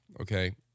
Okay